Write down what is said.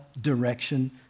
direction